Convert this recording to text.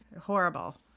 Horrible